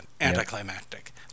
Anticlimactic